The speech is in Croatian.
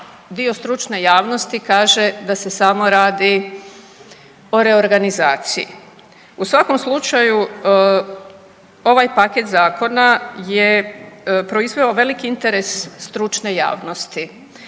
dio stručne javnosti kaže da se samo radi o reorganizaciji. U svakom slučaju ovaj paket zakona je proizveo veliki interes stručne javnosti.